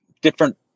different